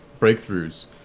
breakthroughs